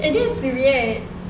and it's weird